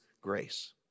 grace